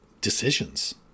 decisions